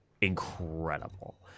incredible